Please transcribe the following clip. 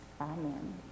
Amen